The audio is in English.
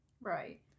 Right